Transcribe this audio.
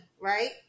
right